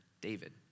David